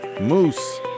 Moose